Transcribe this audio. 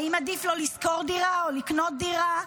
האם עדיף לו לשכור דירה או לקנות דירה?